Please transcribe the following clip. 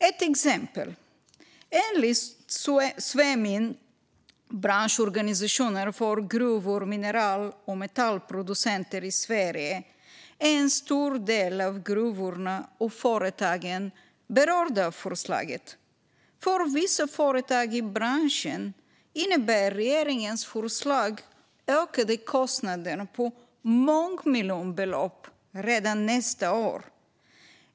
Ett exempel: Enligt Svemin, branschorganisationen för gruvor, mineral och metallproducenter i Sverige, är en stor del av gruvorna och företagen berörda av förslaget. För vissa företag i branschen innebär regeringens förslag ökade kostnader på mångmiljonbelopp redan nästa år.